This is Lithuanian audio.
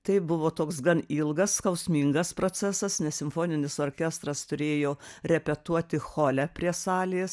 tai buvo toks gan ilgas skausmingas procesas nes simfoninis orkestras turėjo repetuoti hole prie salės